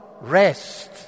rest